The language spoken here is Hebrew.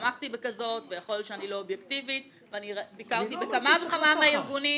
צמחתי בכזו ונכון שאני לא אובייקטיבית ואני ביקרתי בכמה וכמה ארגונים,